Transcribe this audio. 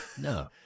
No